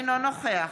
אינו נוכח